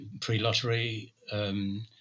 pre-lottery